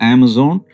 Amazon